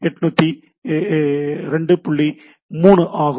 3 ஆகும்